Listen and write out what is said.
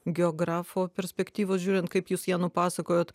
geografo perspektyvos žiūrint kaip jūs ją nupasakojot